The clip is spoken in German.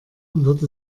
wird